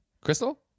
Crystal